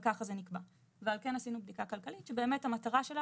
וככה זה נקבע ועל כן עשינו בדיקה כלכלית שבאמת המטרה שלה